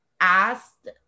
asked